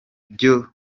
byo